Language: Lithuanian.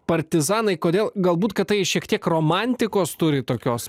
partizanai kodėl galbūt kad tai šiek tiek romantikos turi tokios